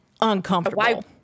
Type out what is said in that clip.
uncomfortable